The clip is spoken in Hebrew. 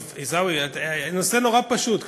עיסאווי, הנושא פשוט מאוד.